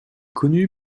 connu